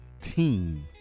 team